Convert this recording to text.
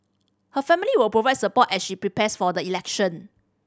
her family will provide support as she prepares for the election